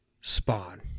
Spawn